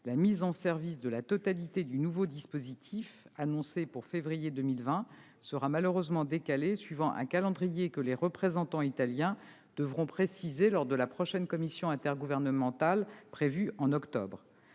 la mise en service de la totalité du nouveau dispositif, annoncée pour février 2020, sera malheureusement décalée, suivant un calendrier que les représentants italiens devront préciser lors de la prochaine commission intergouvernementale, prévue en octobre